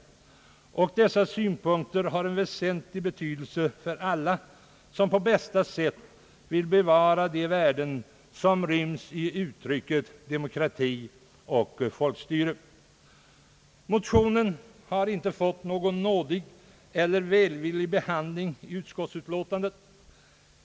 Jag anser att våra synpunkter har en väsentlig betydelse för alla, som på bästa sätt vill bevara de värden som ryms i uttrycken demokrati och folkstyre. Motionen har inte fått någon nådig eller välvillig behandling i utskottets utlåtande.